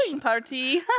party